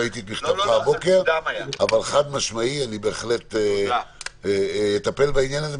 חד משמעי, אני בהחלט אטפל בעניין הזה.